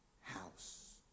house